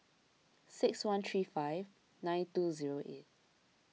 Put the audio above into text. six one three five nine two zero eight